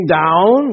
down